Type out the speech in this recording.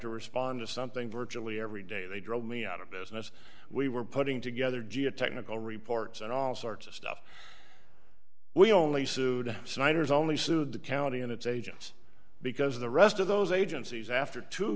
to respond to something virtually every day they drove me out of business we were putting together geotechnical reports and all sorts of stuff we only sued signers only sued the county and its agents because the rest of those agencies after two